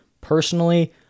Personally